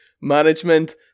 management